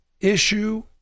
issue